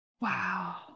Wow